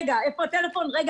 איפה הטלפון וכו'.